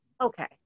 Okay